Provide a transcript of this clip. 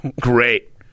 Great